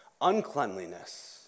uncleanliness